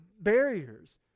barriers